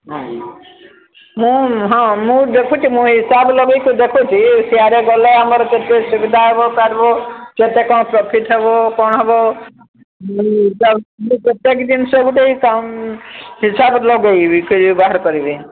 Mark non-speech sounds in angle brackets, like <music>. ହଁ ମୁଁ ହଁ ମୁଁ ଦେଖୁଛି ମୁଁ ହିସାବ ଲଗେଇକି ଦେଖୁଛି ସିଆଡ଼େ ଗଲେ ଆମର କେତେ ସୁବିଧା ହେବ ପାରିବ କେତେ କ'ଣ ପ୍ରଫିଟ୍ ହେବ କ'ଣ ହେବ ମୁଁ <unintelligible> ଜିନଷ ଗୋଟେ ହିସାବ ଲଗେଇବି <unintelligible> ବାହାର କରିବି